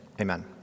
Amen